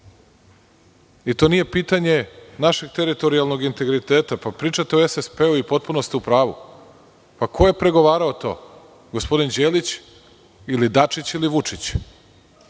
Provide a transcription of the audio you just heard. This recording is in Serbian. i to nije pitanje našeg teritorijalnog integriteta. Pričate o SSP i potpuno ste u pravu. Ko je pregovarao o tome, gospodin Đelić ili Dačić ili Vučić?